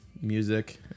music